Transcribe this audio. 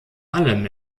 allem